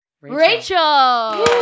Rachel